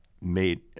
Made